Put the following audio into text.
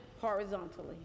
horizontally